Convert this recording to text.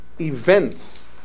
events